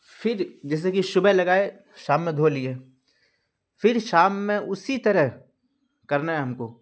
پھر جیسے کہ صبح لگائے شام میں دھو لیے پھر شام میں اسی طرح کرنا ہے ہم کو